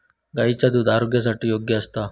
गायीचा दुध आरोग्यासाठी योग्य असता